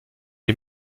les